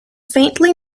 faintly